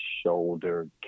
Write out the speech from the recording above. shoulder